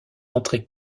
entrer